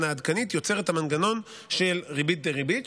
העדכנית יוצר את המנגנון של ריבית-דריבית,